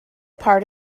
part